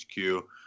hq